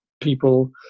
people